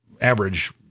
average